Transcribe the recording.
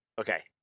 Okay